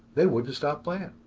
they would just stop playing.